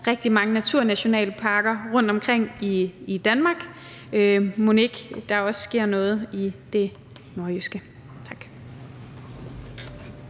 rigtig mange naturnationalparker rundtomkring i Danmark. Mon ikke der også sker noget i det nordjyske. Tak.